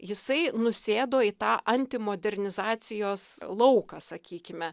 jisai nusėdo į tą antimodernizacijos lauką sakykime